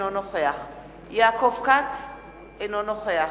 אינו נוכח